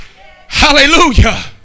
Hallelujah